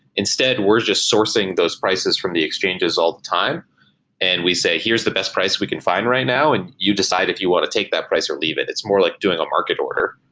instead, we're just sourcing those prices from the exchanges all the time and we say, here is the best price we can find right now and you decide if you want to take that price or leave it. it's more like doing a market order,